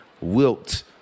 Wilt